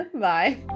bye